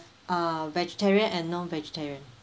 uh vegetarian and non-vegetarian